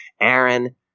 Aaron